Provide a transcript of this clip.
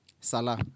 Salah